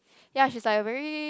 ya she's like a very